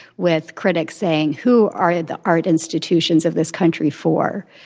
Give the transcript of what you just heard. with critics saying, who are the art institutions of this country for?